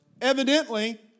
evidently